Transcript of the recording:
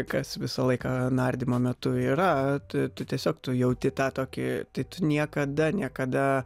kas visą laiką nardymo metu yra tu tiesiog tu jauti tą tokį tai tu niekada niekada